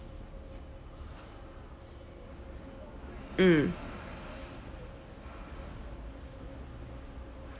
mm